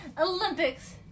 Olympics